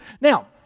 Now